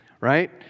right